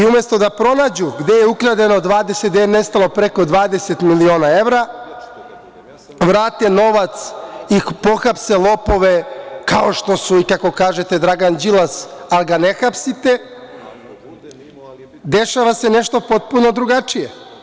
Umesto da pronađu gde je ukradeno, gde je nestalo preko 20 miliona evra, vrate novac i pohapse lopove kao što su i, kako kažete, Dragan Đilas, ali ga ne hapsite, dešava se nešto potpuno drugačije.